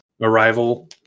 Arrival